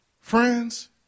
Friends